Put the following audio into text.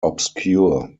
obscure